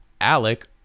Alec